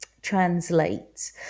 translate